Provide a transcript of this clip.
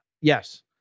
Yes